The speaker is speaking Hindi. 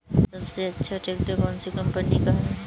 सबसे अच्छा ट्रैक्टर कौन सी कम्पनी का है?